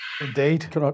Indeed